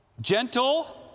Gentle